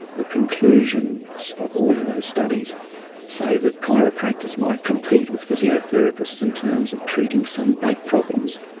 the conclusions of all of those studies say that chiropractors might compete with physiotherapists in terms of treating some back problems.